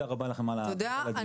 ברשותכם